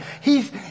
hes